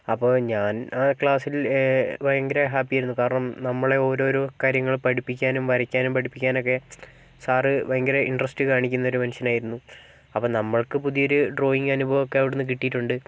അപ്പോൾ ഞാൻ ആ ക്ലാസ്സിൽ ഭയങ്കര ഹാപ്പി ആയിരുന്നു കാരണം നമ്മളെ ഓരോരോ കാര്യങ്ങൾ പഠിപ്പിക്കാനും വരയ്ക്കാനും പഠിപ്പിക്കാനൊക്കെ സാർ ഭയങ്കര ഇന്ററസ്റ്റ് കാണിക്കുന്ന ഒരു മനുഷ്യനായിരുന്നു അപ്പോൾ നമ്മൾക്ക് പുതിയൊരു ഡ്രോയിങ്ങ് അനുഭവമൊക്കെ അവിടെ നിന്ന് കിട്ടിയിട്ടുണ്ട്